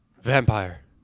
Vampire